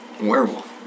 werewolf